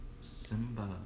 simba